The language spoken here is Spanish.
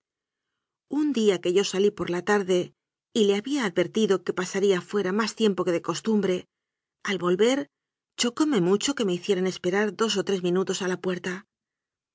un día que yo salí por la tarde y le había ad vertido que pasaría fuera más tiempo que de cos tumbre al volver chocóme mucho que me hicieran esperar dos o tres minutos a la puerta